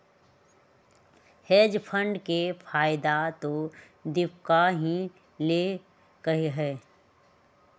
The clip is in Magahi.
हेज फंड के फायदा तो दीपकवा ही लेल कई है